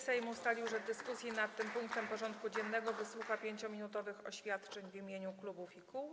Sejm ustalił, że w dyskusji nad tym punktem porządku dziennego wysłucha 5-minutowych oświadczeń w imieniu klubów i kół.